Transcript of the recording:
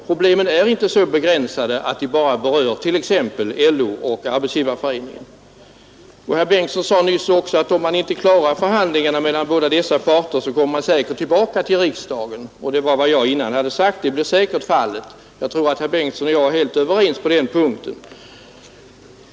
Problemen är inte så begränsade att de bara berör t.ex. LO och Arbetsgivareföreningen. Herr Bengtsson i Landskrona sade nyss också att om man inte klarar förhandlingarna mellan båda dessa parter går man säkert tillbaka till riksdagen, och det var vad jag har sagt. Det blir säkert fallet. Herr Bengtsson och jag är helt överens på den punkten.